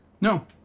No